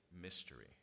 mystery